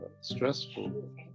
stressful